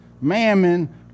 mammon